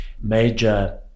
major